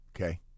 Okay